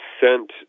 sent